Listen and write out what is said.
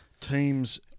teams